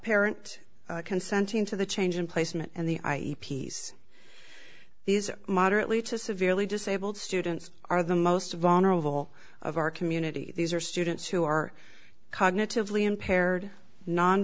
parent consenting to the change in placement and the i e peace these are moderately to severely disabled students are the most vulnerable of our community these are students who are cognitively impaired non